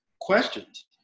questions